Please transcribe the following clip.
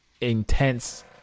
intense